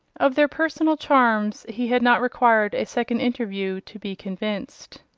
of their personal charms he had not required a second interview to be convinced.